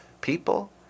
people